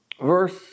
verse